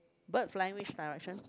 bird flying which direction